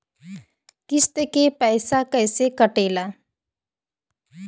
किस्त के पैसा कैसे कटेला?